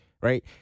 right